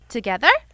Together